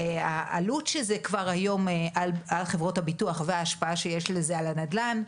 העלות של זה על חברות הביטוח וההשפעה שיש לזה על הנדל"ן,